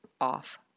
off